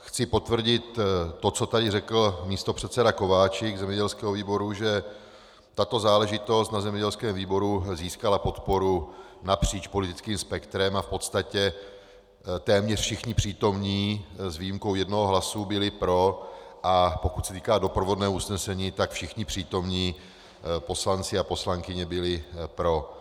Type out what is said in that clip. Chci potvrdit to, co tady řekl místopředseda Kováčik ze zemědělského výboru, že tato záležitost na zemědělském výboru získala podporu napříč politickým spektrem a v podstatě téměř všichni přítomní s výjimkou jednoho hlasu byli pro, a pokud se týká doprovodného usnesení, tak všichni přítomní poslanci a poslankyně byli pro.